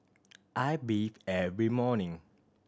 I bathe every morning